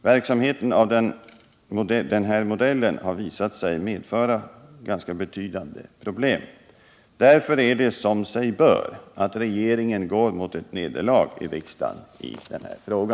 Verksamhet av denna modell har visat sig medföra ganska betydande problem. Därför är det som sig bör att regeringen går mot ett nederlag i riksdagen i denna fråga.